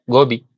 Gobi